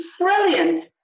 Brilliant